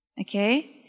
Okay